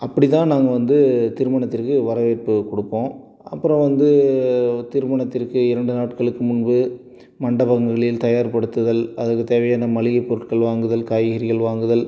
அப்படி தான் நாங்கள் வந்து திருமணத்திற்கு வரவேற்பு கொடுப்போம் அப்புறம் வந்து திருமணத்திற்கு இரண்டு நாட்களுக்கு முன்பு மண்டபங்களில் தயார்ப்படுத்துதல் அதற்கு தேவையான மளிகைப்பொருட்கள் வாங்குதல் காய்கறிகள் வாங்குதல்